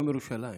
יום ירושלים,